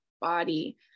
body